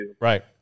Right